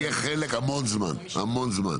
היא פועלת המון זמן, המון זמן.